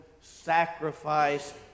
sacrifice